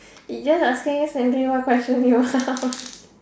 it's just asking simply what question you want